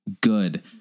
good